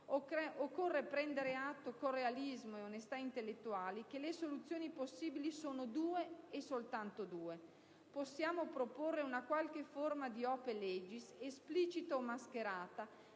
occorre prendere atto con realismo e onestà intellettuale che le soluzioni possibili sono due e soltanto due. Possiamo proporre una qualche forma di *ope legis*, esplicita o mascherata,